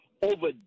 Over